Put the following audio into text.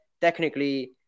technically